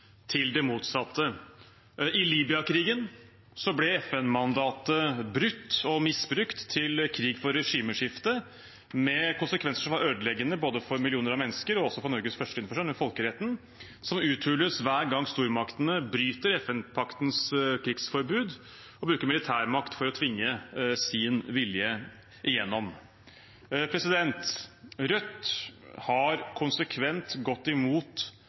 til det motsatte. I Libya-krigen ble FN-mandatet brutt og misbrukt til krig for regimeskifte med konsekvenser som var ødeleggende både for millioner av mennesker og også for Norges førstelinjeforsvar, folkeretten, som uthules hver gang stormaktene bryter FN-paktens krigsforbud og bruker militærmakt for å tvinge sin vilje gjennom. Rødt har konsekvent gått imot